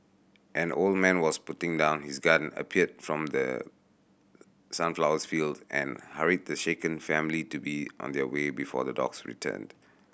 an old man was putting down his gun appeared from the sunflower field and hurried the shaken family to be on their way before the dogs returned